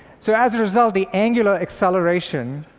so as a result, the angular acceleration,